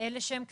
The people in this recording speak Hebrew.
אלה שהם קטנים,